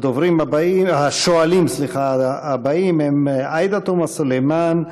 השואלים הבאים: עאידה תומא סלימאן,